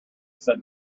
said